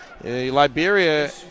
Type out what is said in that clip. Liberia